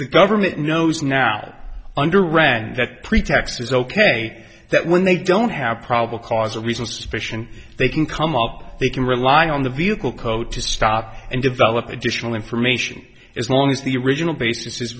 big government knows now under rand that pretext is ok that when they don't have probable cause or reason suspicion they can come up they can rely on the vehicle code to stop and develop additional information as long as the original basis